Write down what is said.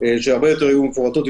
שיהיו מפורטות הרבה יותר,